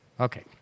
Okay